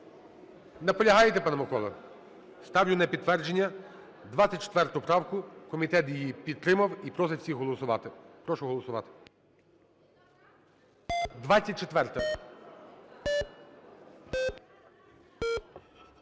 Наполягаєте, пане Миколо? Ставлю на підтвердження 24 правку. Комітет її підтримав і просить всіх голосувати. Прошу голосувати. 24-а.